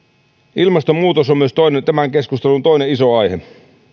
ilmastonmuutos on tämän keskustelun toinen iso aihe